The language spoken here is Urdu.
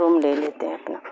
روم لے لیتے ہیں اپنا